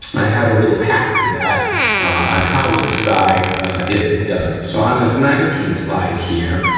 and i have a little hack for that on how we decide if it does. so, on this nineteen slide here,